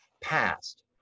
past